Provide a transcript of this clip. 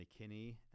McKinney